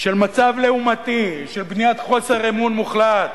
של מצב לעומתי, של בניית חוסר אמון מוחלט,